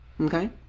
okay